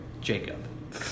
Jacob